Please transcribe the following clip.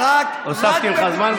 הוספתי לך זמן.